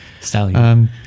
Stallion